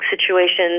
situations